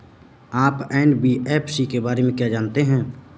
आप एन.बी.एफ.सी के बारे में क्या जानते हैं?